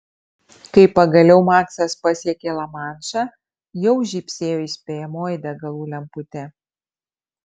kai pagaliau maksas pasiekė lamanšą jau žybsėjo įspėjamoji degalų lemputė